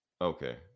Okay